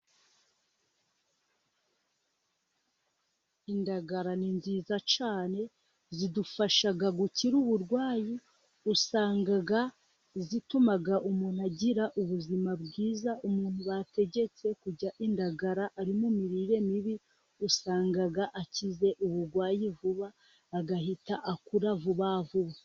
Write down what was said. Indagara ni nziza cyane, zidufasha gukira uburwayi. Usanga zituma umuntu agira ubuzima bwiza. Umuntu bategetse kurya indagara ari mu mirire mibi, usanga akize uburwayi vuba, agahita akura vuba vuba.